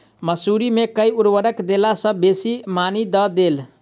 मसूरी मे केँ उर्वरक देला सऽ बेसी मॉनी दइ छै?